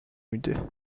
میده